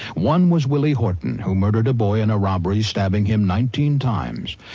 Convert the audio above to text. one was willie horton who murdered a boy in a robbery, stabbing him nineteen times.